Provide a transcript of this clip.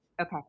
Okay